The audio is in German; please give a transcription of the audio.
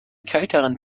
kälteren